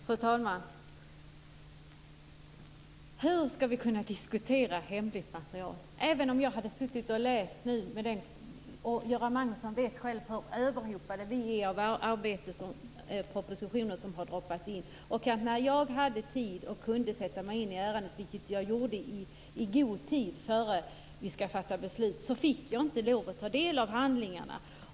Fru talman! Hur skall vi kunna diskutera hemligt material? Göran Magnusson vet själv hur överhopade av arbete vi är med alla propositioner som kommit in. När jag hade tid och kunde sätta mig in i ärendet, vilket var i god tid innan vi skulle fatta beslut, fick jag inte lov att ta del av handlingarna.